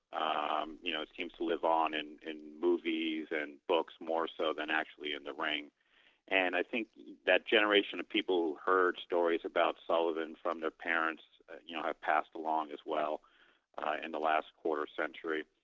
um you know it seems to live on in in movies and books more so than actually in the ring and i think that generation of people heard stories about sullivan from their parents you know have passed along as well in the last quarter century.